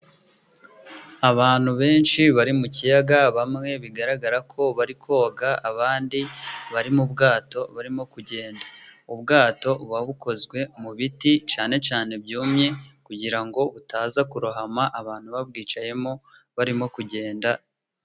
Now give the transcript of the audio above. Abantu benshi bari mu kiyaga bamwe bigaragara ko bari koga abandi bari mu bwato barimo kugenda. Ubwato buba bukozwe mu biti cyane cyane byumye kugira ngo butaza kurohama abantu babwicayemo barimo kugenda.